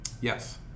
Yes